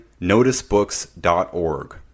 noticebooks.org